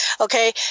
Okay